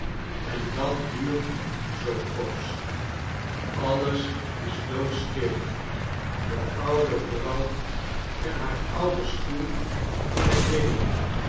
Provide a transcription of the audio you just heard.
en dat duurt zoo een poos alles is doodstil de oude vrouw en haar oude stoel in t midden